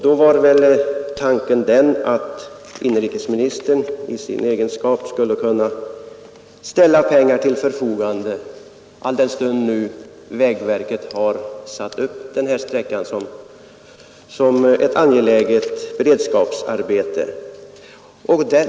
Då var tanken den att inrikesministern i sin egenskap av chef på det här området skulle kunna ställa pengar till förfogande, alldenstund vägverket har satt upp den här sträckan som ett angeläget beredskapsarbete.